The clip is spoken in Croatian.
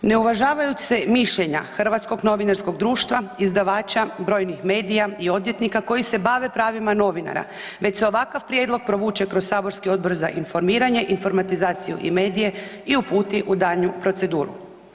Ne uvažavaju se mišljenja Hrvatskog novinarskog društva, izdavača, brojnih medija i odvjetnika koji se bave pravima novinara, već se ovakav prijedlog provuče kroz saborski Odbor za informiranje, informatizaciju i medije i uputi u daljnju proceduru.